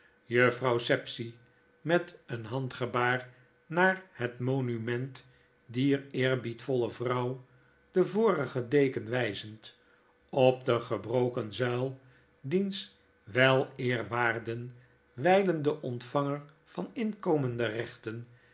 juffrouw sapsea met een handgebaar naar het monument dier eerbiedvolle vrouw w de vorige deken wyzend op de gebroken zuil diens weleerwaarden wylen de ontvanger van inkomende rechten